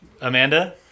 Amanda